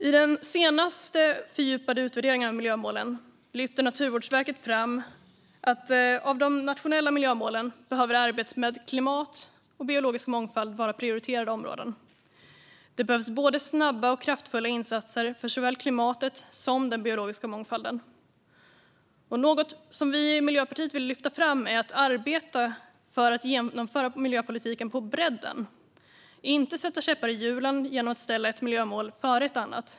I den senaste fördjupade utvärderingen av miljömålen lyfter Naturvårdsverket fram att av de nationella miljömålen behöver arbetet med klimat och biologisk mångfald vara prioriterade områden. Det behövs både snabba och kraftfulla insatser för såväl klimatet som den biologiska mångfalden. Något vi i Miljöpartiet vill lyfta fram är att arbeta för att genomföra miljöpolitiken på bredden och inte sätta käppar i hjulen genom att ställa ett miljömål före ett annat.